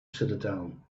citadel